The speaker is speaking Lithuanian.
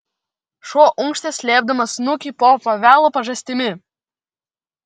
šuo unkštė slėpdamas snukį po pavelo pažastimi